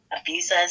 abusers